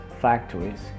factories